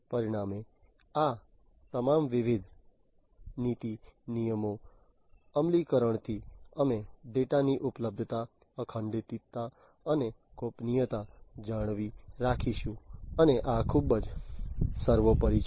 પરિણામે આ તમામ વિવિધ નીતિ નિયમોના અમલીકરણથી અમે ડેટાની ઉપલબ્ધતા અખંડિતતા અને ગોપનીયતા જાળવી રાખીશું અને આ ખૂબ જ સર્વોપરી છે